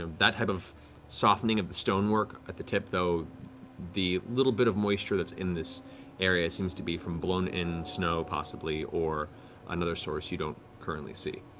that type of softening of the stonework at the tip, though the little bit of moisture that's in this area seems to be from blown-in snow possibly or another source you don't currently see.